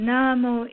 Namo